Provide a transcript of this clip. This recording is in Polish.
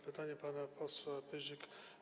Pytanie pana posła Pyzika.